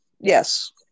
Yes